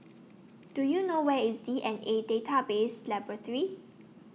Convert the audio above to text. Do YOU know Where IS D N A Database Laboratory